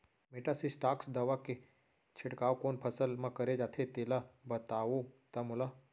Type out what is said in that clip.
Metasystox दवा के छिड़काव कोन फसल म करे जाथे तेला बताओ त मोला?